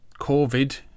Covid